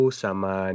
sama